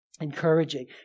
encouraging